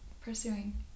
pursuing